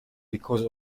because